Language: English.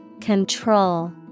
Control